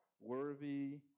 Worthy